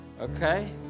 Okay